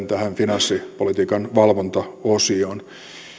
tähän finanssipolitiikan valvontaosioon